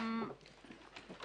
להבין,